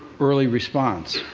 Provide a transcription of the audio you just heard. early response.